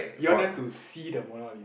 you want them to see the Mona Lisa